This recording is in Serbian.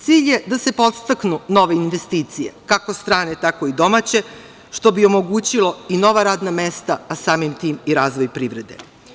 Cilj je da se podstaknu nove investicije, kako strane, tako i domaće, što bi omogućilo i nova radna mesta, a samim tim i razvoj privrede.